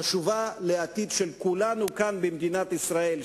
היא חשובה לעתיד של כולנו כאן במדינת ישראל,